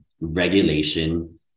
regulation